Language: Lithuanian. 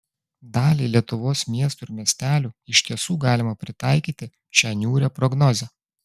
daliai lietuvos miestų ir miestelių iš tiesų galima pritaikyti šią niūrią prognozę